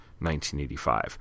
1985